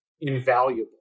invaluable